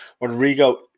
Rodrigo